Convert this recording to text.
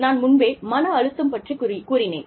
நான் முன்பே மன அழுத்தம் பற்றி கூறினேன்